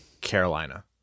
Carolina